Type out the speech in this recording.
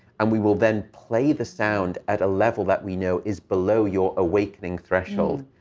and we will then play the sound at a level that we know is below your awakening threshold.